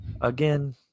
Again